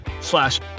slash